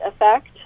effect